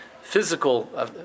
physical